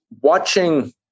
watching